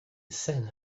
sand